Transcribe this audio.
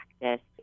practice